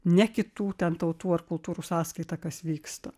ne kitų tautų ar kultūrų sąskaita kas vyksta